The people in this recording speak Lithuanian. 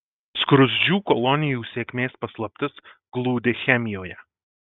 skruzdžių kolonijų sėkmės paslaptis glūdi chemijoje